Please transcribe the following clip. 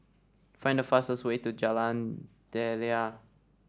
find the fastest way to Jalan Daliah